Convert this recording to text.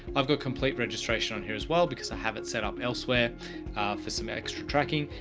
i've got complete registration on here as well, because i have it set up elsewhere for some extra tracking,